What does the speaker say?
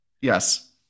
Yes